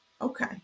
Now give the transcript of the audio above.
okay